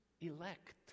elect